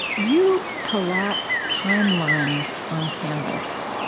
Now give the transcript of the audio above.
you collapse timelines on canvas.